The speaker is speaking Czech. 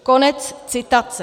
Konec citace.